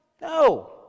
No